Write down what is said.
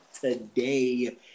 today